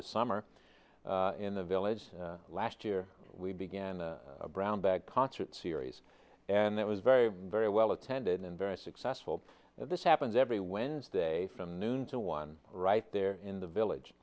to summer in the village last year we began brownback concert series and it was very very well attended and very successful this happens every wednesday from noon to one right there in the village